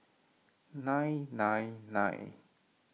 nine nine nine